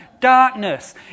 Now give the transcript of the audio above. darkness